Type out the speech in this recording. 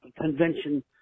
convention